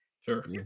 Sure